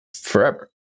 forever